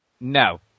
No